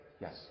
Yes